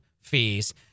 fees